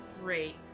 Great